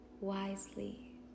wisely